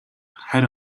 харь